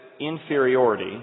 inferiority